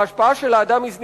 ההשפעה של האדם היא זניחה".